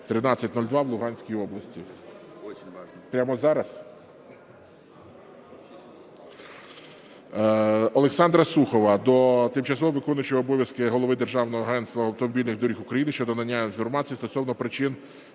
Т-13-02 в Луганській області. Олександра Сухова до тимчасово виконуючого обов'язки голови Державного агентства автомобільних доріг України щодо надання інформації стосовно причин